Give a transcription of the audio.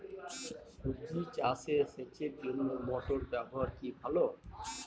সবজি চাষে সেচের জন্য মোটর ব্যবহার কি ভালো?